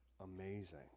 Amazing